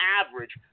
average